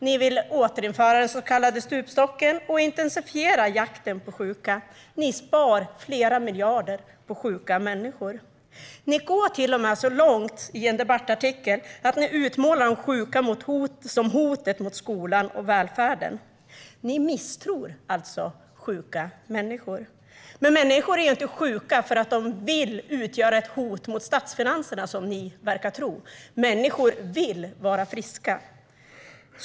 Ni vill återinföra den så kallade stupstocken och intensifiera jakten på sjuka. Ni sparar flera miljarder på sjuka människor. I en debattartikel går ni till och med så långt att ni utmålar de sjuka som hot mot skolan och välfärden. Ni misstror alltså sjuka människor. Men människor är ju inte sjuka för att de vill utgöra ett hot mot statsfinanserna, som ni verkar tro. Människor vill vara friska.